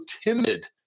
timid